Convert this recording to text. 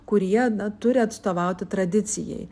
kurie na turi atstovauti tradicijai